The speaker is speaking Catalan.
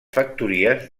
factories